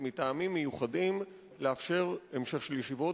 לאפשר מטעמים מיוחדים המשך של ישיבות.